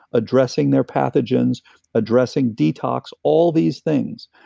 addressing their pathogens addressing detox, all these things.